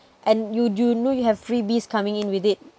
and you you know you have freebies coming in with it